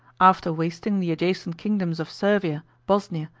after wasting the adjacent kingdoms of servia, bosnia,